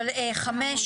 אבל 5,